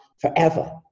forever